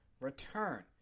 return